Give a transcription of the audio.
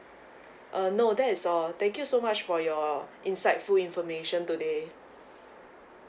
uh no that's all thank you so much for your insightful information today